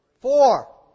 four